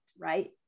right